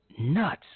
nuts